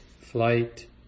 flight